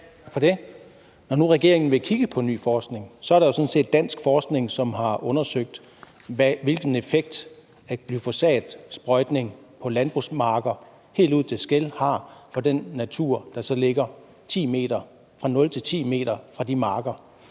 Når nu regeringen vil kigge på ny forskning, vil jeg sige, at der jo sådan set er dansk forskning, som har undersøgt, hvilken effekt glyfosatsprøjtning på landbrugsmarker helt ud til skel har på den natur, der ligger fra 0 til 10 m fra de marker.